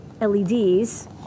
LEDs